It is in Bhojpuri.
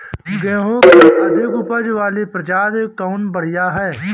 गेहूँ क अधिक ऊपज वाली प्रजाति कवन बढ़ियां ह?